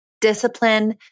discipline